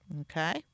Okay